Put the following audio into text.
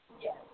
Yes